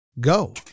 Go